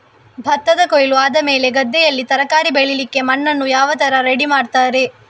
ಭತ್ತದ ಕೊಯ್ಲು ಆದಮೇಲೆ ಗದ್ದೆಯಲ್ಲಿ ತರಕಾರಿ ಬೆಳಿಲಿಕ್ಕೆ ಮಣ್ಣನ್ನು ಯಾವ ತರ ರೆಡಿ ಮಾಡ್ತಾರೆ?